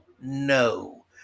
no